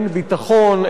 אין ביטחון,